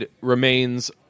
remains